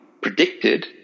predicted